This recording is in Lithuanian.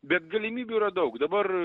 bet galimybių yra daug dabar